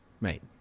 mate